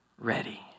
ready